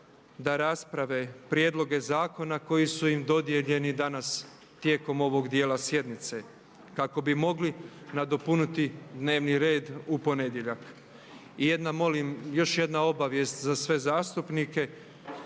da rasprave prijedloge zakona koji su im dodijeljeni danas tijekom ovog dijela sjednice kako bi mogli nadopuniti dnevni red u ponedjeljak. I jedna molim, još jedna obavijest za sve zastupnike.